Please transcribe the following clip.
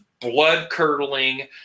blood-curdling